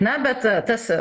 na bet tas